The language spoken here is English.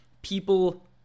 people